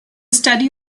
study